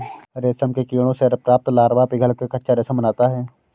रेशम के कीड़ों से प्राप्त लार्वा पिघलकर कच्चा रेशम बनाता है